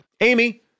Amy